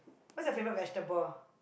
what's your favourite vegetable